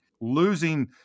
losing